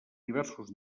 diversos